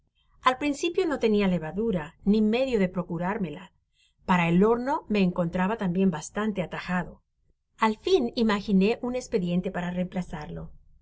al principio no tenia levadura ni medio de procurármela para el horno me encontraba tambien bastante atajado al fin imaginé un espediente para reemplazarlo